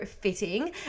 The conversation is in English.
fitting